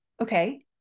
Okay